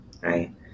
right